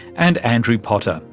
and andrew potter,